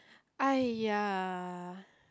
!aiya!